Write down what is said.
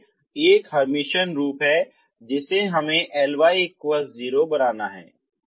इसलिए एक हर्मिटियन रूप है जिसे हमें Ly 0 बनाना है